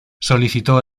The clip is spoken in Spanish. solicitó